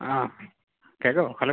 ആ കേൾക്കാമോ ഹലോ